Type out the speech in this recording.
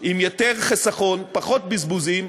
רבה יותר ובחיסכון, בפחות בזבוזים,